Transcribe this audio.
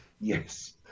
Yes